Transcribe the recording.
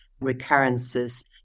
recurrences